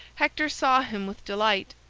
hector saw him with delight,